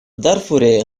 дарфуре